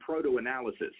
Proto-Analysis